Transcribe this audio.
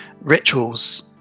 rituals